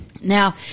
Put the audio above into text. Now